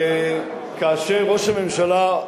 כאשר ראש הממשלה,